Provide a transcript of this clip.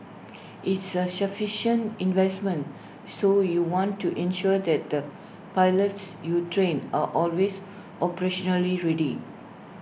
it's A investment so you want to ensure that the pilots you train are always operationally ready